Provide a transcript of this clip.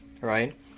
right